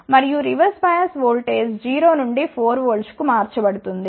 మరియు reverse bias voltage 0 నుండి 4 వోల్ట్కు మార్చబడుతుంది